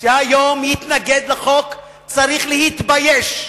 שהיום יתנגד לחוק צריך להתבייש,